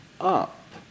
up